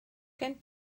gen